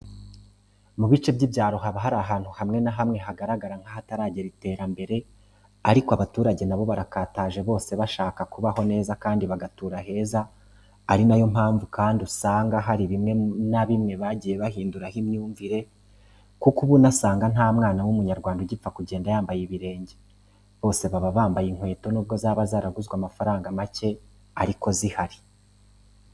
Mu bice by'icyaro haba hari ahandu hamwe na hamwe hagaragara nkahataragera iterambere ariko abaturage nabo barakataje bose bashaka kubaho neza kandi bagatura heza ari nayo mpamvu kandi usanga harii bimwe na bimwe bagiye bahindura ho imyumvire kuko uba unasanga nta mwana w'umunyarwanda ugipfa kugenda yambaye ibirenge bose baba bambaye inkweto nubwo zaba zaraguzwe amafaranga make ariko zihari.